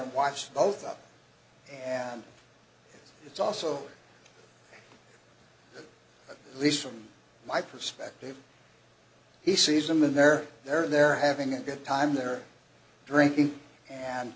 and watched both up and it's also the least from my perspective he sees them and they're there they're having a good time they're drinking and